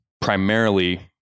primarily